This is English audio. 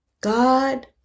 God